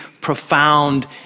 profound